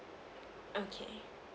okay